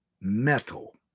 metal